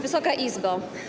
Wysoka Izbo!